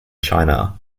china